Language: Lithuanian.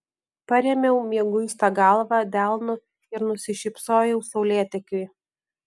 parėmiau mieguistą galvą delnu ir nusišypsojau saulėtekiui